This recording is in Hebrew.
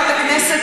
זכויות?